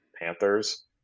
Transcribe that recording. Panthers